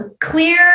clear